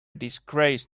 disgrace